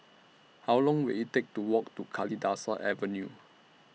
How Long Will IT Take to Walk to Kalidasa Avenue